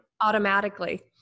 Automatically